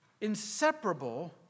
inseparable